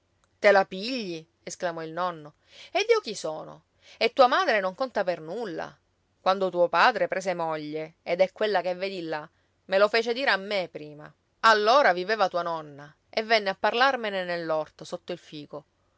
te la pigli esclamò il nonno ed io chi sono e tua madre non conta per nulla quando tuo padre prese moglie ed è quella che vedi là me lo fece dire a me prima allora viveva tua nonna e venne a parlarmene nell'orto sotto il fico